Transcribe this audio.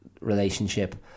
relationship